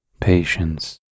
patience